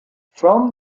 from